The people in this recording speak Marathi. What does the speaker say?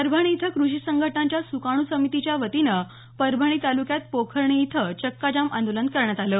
परभणी इथं कृषी संघटनांच्या सुकाणू समितीच्या वतीने परभणी तालुक्यात पोखर्णी इथं चक्काजाम आंदोलन करण्यात आलं